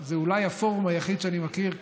זה אולי הפורום היחיד שאני מכיר,